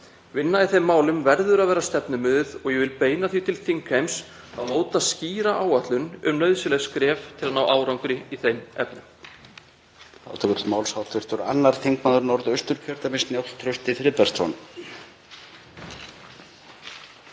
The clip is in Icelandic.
Vinna í þeim málum verður að vera stefnumið og ég vil beina því til þingheims að móta skýra áætlun um nauðsynleg skref til að ná árangri í þeim efnum.